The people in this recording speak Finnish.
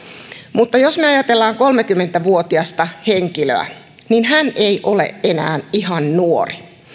mutta jos me ajattelemme kolmekymmentä vuotiasta henkilöä niin hän ei ole enää ihan nuori